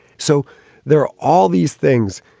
so there are all these things,